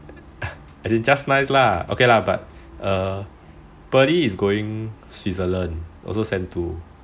as in just nice lah okay lah but pearly is going switzerland also sem two